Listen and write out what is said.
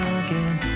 again